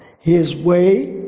his way,